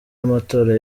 amatora